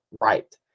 right